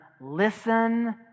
listen